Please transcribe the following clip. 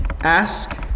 ask